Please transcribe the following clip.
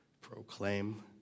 proclaim